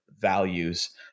values